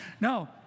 No